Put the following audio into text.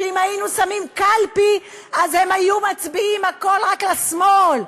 שאם היינו שמים קלפי אז הם היו מצביעים כולם רק לשמאל.